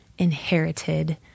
inherited